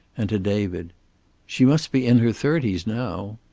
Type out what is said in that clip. and to david she must be in her thirties now.